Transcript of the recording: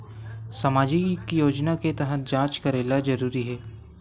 सामजिक योजना तहत जांच करेला जरूरी हे